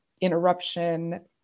interruption